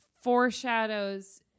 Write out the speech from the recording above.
foreshadows